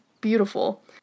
beautiful